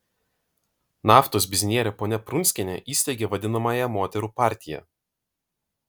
naftos biznierė ponia prunskienė įsteigė vadinamąją moterų partiją